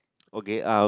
okay uh